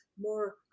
more